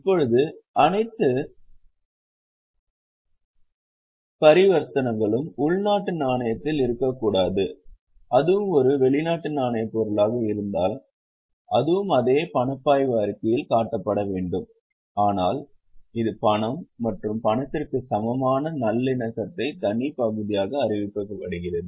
இப்போது அனைத்து பரிவர்த்தனைகளும் உள்நாட்டு நாணயத்தில் இருக்கக்கூடாது அது ஒரு வெளிநாட்டு நாணயப் பொருளாக இருந்தால் அதுவும் அதே பணப்பாய்வு அறிக்கையில் காட்டப்பட வேண்டும் ஆனால் இது பணம் மற்றும் பணத்திற்கு சமமான நல்லிணக்கத்தின் தனி பகுதியாக அறிவிக்கப்படுகிறது